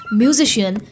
musician